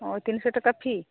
ᱚ ᱛᱤᱱᱥᱚ ᱴᱟᱠᱟ ᱯᱷᱤ